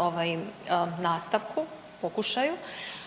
ovaj nastavku, pokušaju